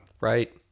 Right